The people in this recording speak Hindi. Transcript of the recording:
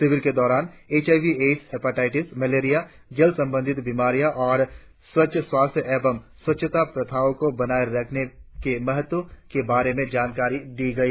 शिविर के दौरान H I V AIDS hepatitis malaria जल संबंधी बीमारियों और अच्छे स्वास्थ्य एवं स्वच्छता प्रथाओं को बनाए रखने के महत्व के बारे में भी जानकारी दी गई